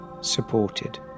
supported